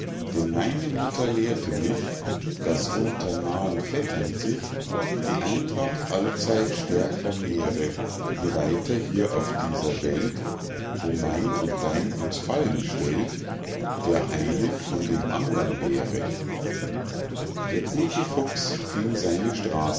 denn meine mutter lehrte mich daß unter nahen vettern sich die eintracht allzeit stärker nähre je weiter hier auf dieser welt wo mein und dein uns fallen stellt der eine von dem andern wäre der gute fuchs ging seine